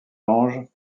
ange